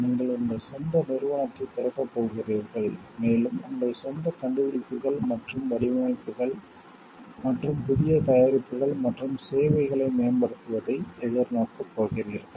நீங்கள் உங்கள் சொந்த நிறுவனத்தைத் திறக்கப் போகிறீர்கள் மேலும் உங்கள் சொந்த கண்டுபிடிப்புகள் மற்றும் வடிவமைப்புகள் மற்றும் புதிய தயாரிப்புகள் மற்றும் சேவைகளை மேம்படுத்துவதை எதிர்நோக்கப் போகிறீர்கள்